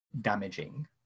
damaging